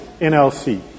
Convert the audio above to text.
NLC